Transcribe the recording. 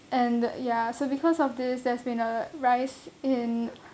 and ya so because of this there's been a rise in